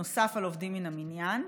נוסף על עובדים מן המניין.